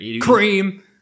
Cream